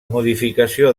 modificació